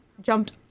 jumped